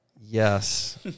Yes